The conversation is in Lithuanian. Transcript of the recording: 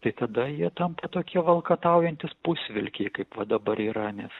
tai tada jie tampa tokie valkataujantys pusvilkiai kaip va dabar yra nes